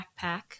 backpack